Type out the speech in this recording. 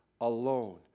alone